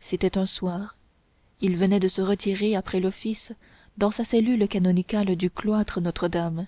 c'était un soir il venait de se retirer après l'office dans sa cellule canonicale du cloître notre-dame